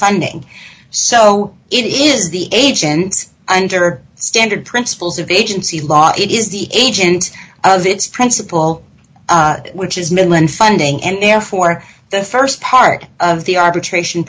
funding so it is the agents under standard principals of agency law it is the agent of its principal which is millin funding and therefore the st part of the arbitration